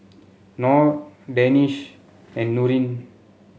Nor Danish and Nurin